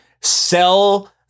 Sell